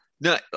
no